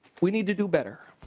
we need to do better.